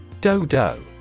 Dodo